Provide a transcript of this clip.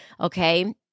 Okay